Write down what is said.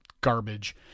garbage